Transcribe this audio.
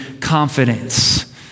confidence